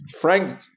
Frank